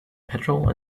petrol